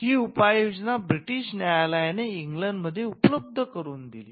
ही उपाययोजना ब्रिटीश न्यायालयाने इंग्लंड मध्ये उपलब्ध करून दिली